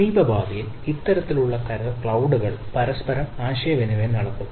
സമീപഭാവിയിൽ ഇത്തരത്തിലുള്ള ക്ളൌഡ്കൾ പരസ്പരം ആശയവിനിമയം നടത്തും